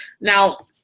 now